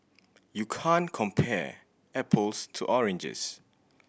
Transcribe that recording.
you can't compare apples to oranges